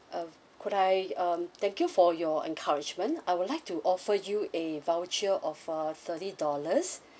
um could I um thank you for your encouragement I'd like to offer you a voucher of uh thirty dollars